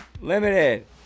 Limited